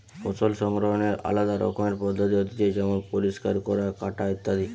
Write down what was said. ফসল সংগ্রহনের আলদা রকমের পদ্ধতি হতিছে যেমন পরিষ্কার করা, কাটা ইত্যাদি